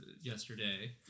yesterday